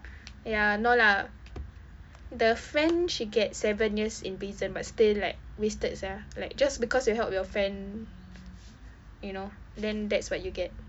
ya no lah the friend she get seven years in prison but still like wasted [sial] like just because you help your friend you know then that's what you get